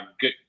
good